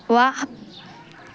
ವಾಹ್